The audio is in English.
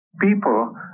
people